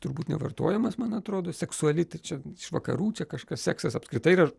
turbūt nevartojamas man atrodo seksuali tai čia vakarų čia kažkas seksas apskritai yra